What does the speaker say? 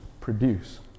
produce